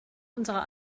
unserer